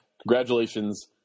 congratulations